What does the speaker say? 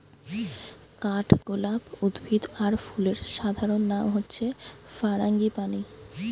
কাঠগোলাপ উদ্ভিদ আর ফুলের সাধারণ নাম হচ্ছে ফারাঙ্গিপানি